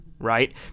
right